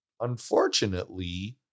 unfortunately